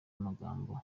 magambo